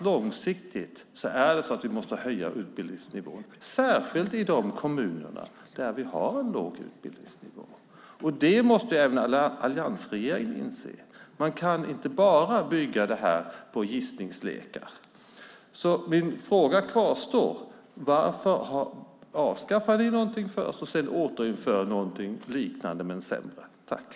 Långsiktigt måste utbildningsnivån höjas, särskilt i de kommuner där utbildningsnivån är låg. Det måste även alliansregeringen inse. Man kan inte bara bygga det här på gissningslekar. Min fråga kvarstår: Varför först avskaffa en modell för att sedan införa en liknande men sämre modell?